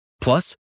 Plus